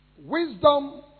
Wisdom